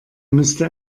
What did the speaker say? müsste